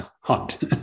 hunt